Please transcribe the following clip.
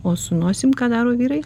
o su nosim ką daro vyrai